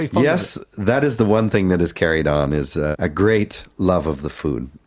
yes, that is the one thing that has carried on, is a great love of the food.